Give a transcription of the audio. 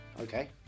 Okay